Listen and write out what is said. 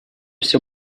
все